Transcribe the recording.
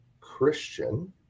Christian